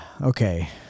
Okay